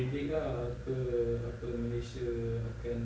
if you go